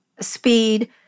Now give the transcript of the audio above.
speed